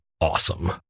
awesome